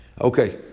Okay